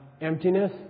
emptiness